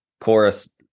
chorus